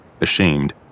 ashamed